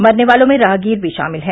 मरने वालों में राहगीर भी शामिल है